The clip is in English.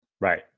Right